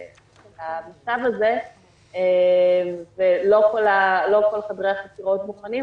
למצב הזה ולא כל חדרי החקירות מוכנים,